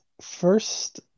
first